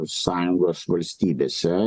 sąjungos valstybėse